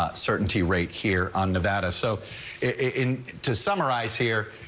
ah certainty right here on nevada, so it in to summarize here.